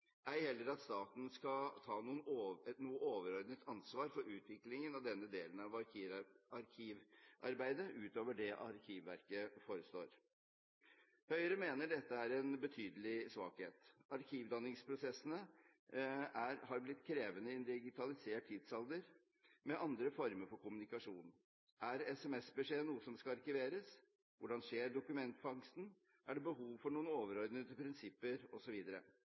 heller at staten skal ta noe overordnet ansvar for utviklingen av denne delen av arkivarbeidet utover det arkivverket forestår. Høyre mener dette er en betydelig svakhet. Arkivdanningsprosessene har blitt krevende i en digitalisert tidsalder med andre former for kommunikasjon. Er SMS-beskjeder noe som skal arkiveres? Hvordan skjer dokumentfangsten? Er det behov for noen overordnede prinsipper